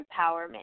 empowerment